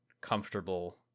comfortable